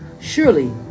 surely